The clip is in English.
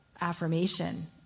affirmation